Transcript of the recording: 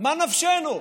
ממה נפשנו,